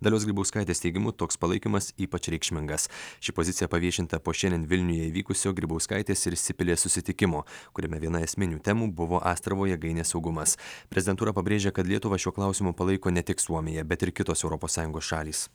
dalios grybauskaitės teigimu toks palaikymas ypač reikšmingas ši pozicija paviešinta po šiandien vilniuje vykusio grybauskaitės ir sipilės susitikimo kuriame viena esminių temų buvo astravo jėgainės saugumas prezidentūra pabrėžė kad lietuva šiuo klausimu palaiko ne tik suomija bet ir kitos europos sąjungos šalys